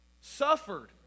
Suffered